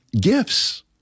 gifts